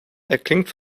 erklingt